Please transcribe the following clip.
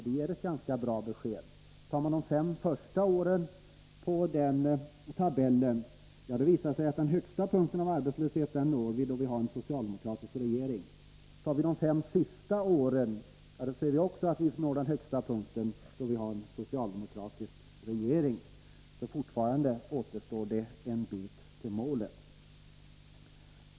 Den ger ett ganska bra besked. Betraktar vi de fem första åren i den tabellen, visar det sig att den högsta arbetslösheten nåddes under en socialdemokratisk regering. Av de fem sista åren i tabellen finner vi också att den högsta punkten nås då vi har en socialdemokratisk regering. Fortfarande återstår det alltså en bit till målet.